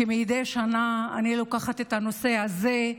כמדי שנה אני לוקחת את הנושא הזה,